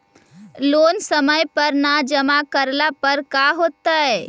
Loan समय पर न जमा करला पर का होतइ?